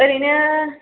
ओरैनो